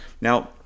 Now